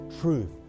truth